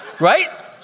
Right